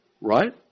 Right